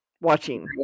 watching